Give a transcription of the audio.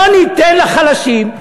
לא ניתן לחלשים,